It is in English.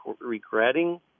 regretting